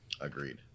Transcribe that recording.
Agreed